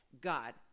God